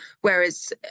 whereas